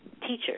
teachers